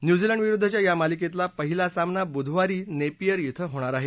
न्यूझीलंडविरुद्धच्या या मालिकेतला पहिला सामना बुधवारी नेपियर इथं होणार आहे